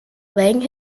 laying